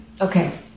Okay